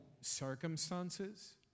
circumstances